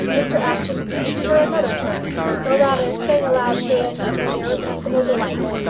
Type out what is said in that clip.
mr apjohn preached to her another sermon, or rather sang a loud paean of irrepressible delight.